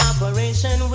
Operation